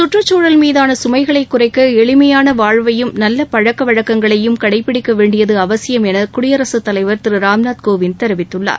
கற்றுச்சூழல் மீதான கமைகளைக் குறைக்க எளிமையான வாழ்வையும் நல்ல பழக்கவழக்கங்களையும் கடைப்பிடிக்க வேண்டியது அவசியம் என குடியரசுத் தலைவர் திரு ராம்நூத் கோவிந்த் தெரிவித்துள்ளார்